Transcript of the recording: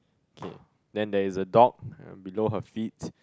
okay then there is a dog below her feet